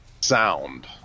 sound